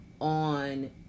on